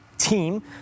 team